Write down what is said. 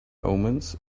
omens